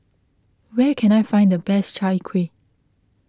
where can I find the best Chai Kuih